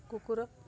କୁକୁର